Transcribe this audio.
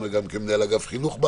גם כמנהל אגף חינוך.